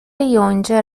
یونجه